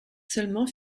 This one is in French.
seulement